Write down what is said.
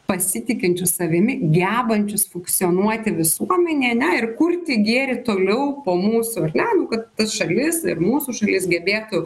pasitikinčius savimi gebančius funkcionuoti visuomenėje ane ir kurti gėrį toliau po mūsų ar ne nu kad tas šalis ir mūsų šalis gebėtų